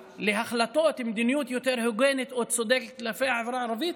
להחלטות ולמדיניות יותר הוגנת או צודקת כלפי החברה הערבית,